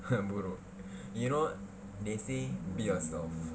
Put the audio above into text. buruk you know they say be yourself